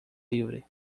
livre